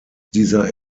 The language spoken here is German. dieser